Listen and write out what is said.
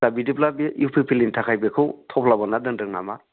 दा बिदिब्ला बे इउ पि पि एलनि थाखाय बेखौ थफ्ला बोन्ना दोन्दों नामा